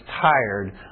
tired